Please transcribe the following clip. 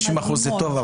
50% זה טוב,